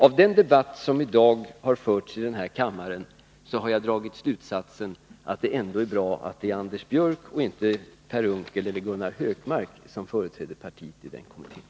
Av den debatt som i dag har förts i den här kammaren har jag dragit slutsatsen att det ändå är bra att det är Anders Björck och inte Per Unckel eller Gunnar Hökmark som företräder partiet i den kommittén.